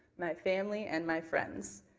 my family and my friends.